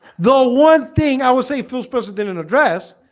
the one thing i would say feels persons didn't and address